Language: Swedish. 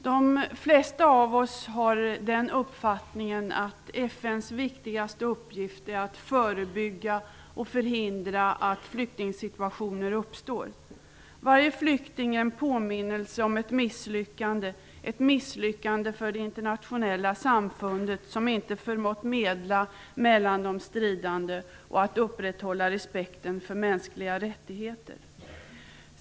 Herr talman! De flesta av oss har uppfattningen att FN:s viktigaste uppgift är att förebygga och förhindra att flyktingsituationer uppstår. Varje flykting är en påminnelse om ett misslyckande, ett misslyckande för det internationella samfundet som inte förmått medla mellan de stridande och att upprätthålla respekten för mänskliga rättigheter.